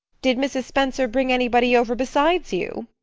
did mrs. spencer bring anybody over besides you?